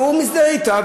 והוא מזדהה אתה,